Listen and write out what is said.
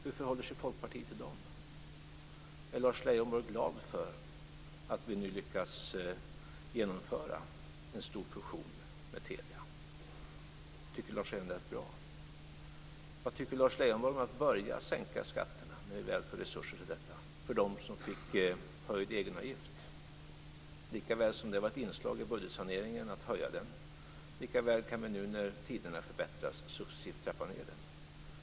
Hur förhåller sig Folkpartiet till dem? Är Lars Leijonborg glad för att vi nu lyckas genomföra en stor fusion med Telia? Tycker Lars Leijonborg att det är bra? Vad tycker Lars Leijonborg om att börja sänka skatterna, när vi väl får resurser till detta, för dem som fick höjd egenavgift? Likaväl som det var ett inslag i budgetsaneringen att höja den, likaväl kan vi nu, när tiderna förbättrats, successivt trappa ned den.